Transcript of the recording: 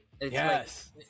Yes